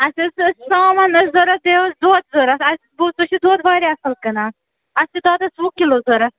اَسہِ حظ ٲس ژامَن ٲس ضوٚرَتھ بیٚیہِ اوس دۄد ضوٚرَتھ اَسہِ بوٗز تُہۍ چھُو دۄد واریاہ اَصٕل کٕنان اَسہِ چھِ دۄدَس وُہ کِلوٗ ضوٚرَتھ